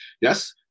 yes